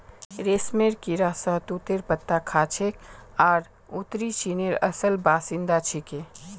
रेशमेर कीड़ा शहतूतेर पत्ता खाछेक आर उत्तरी चीनेर असल बाशिंदा छिके